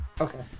Okay